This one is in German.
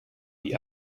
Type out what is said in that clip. die